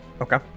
Okay